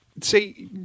say